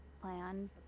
plan